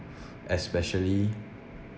especially